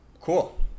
cool